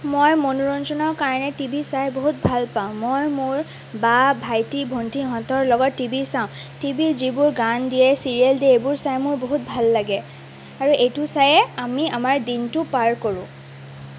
মই মনোৰঞ্জনৰ কাৰণে টি ভি চাই বহুত ভাল পাওঁ মই মোৰ বা ভাইটি ভণ্টিহঁতৰ লগত টি ভি চাওঁ টিভিত যিবোৰ গান দিয়ে চিৰিয়েল দিয়ে এইবোৰ চাই মোৰ বহুত ভাল লাগে আৰু এইটো ছায়ে আমি আমাৰ দিনটো পাৰ কৰোঁ